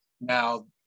now